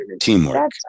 teamwork